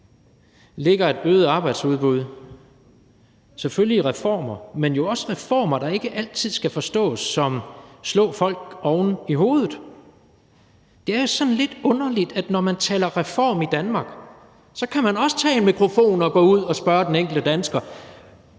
ligger et øget arbejdsudbud selvfølgelig i reformer, men jo også reformer, der ikke altid skal forstås som det at slå folk oven i hovedet. Det er jo sådan lidt underligt, at man, når man taler reform i Danmark, også kan tage en mikrofon og gå ud og spørge den enkelte dansker: